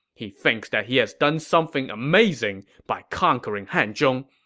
he thinks that he has done something amazing by conquering hanzhong.